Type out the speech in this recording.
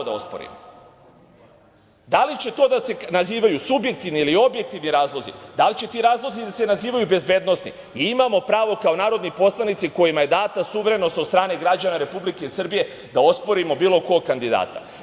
Da li će to da se nazivaju subjektivni ili objektivni razlozi, da li će ti razlozi da se nazivaju bezbednosni, ali mi imamo pravo kao narodni poslanici kojima je data suverenost od strane građana Republike Srbije da osporimo bilo kog kandidata.